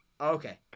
Okay